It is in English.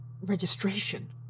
Registration